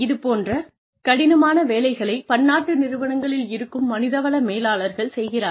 இது போன்ற கடினமான வேலைகளை பன்னாட்டு நிறுவனங்களில் இருக்கும் மனிதவள மேலாளர்கள் செய்கிறார்கள்